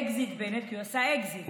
אז ככה, אקזיט בנט, כי הוא עשה אקזיט, בנט.